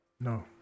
no